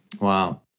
wow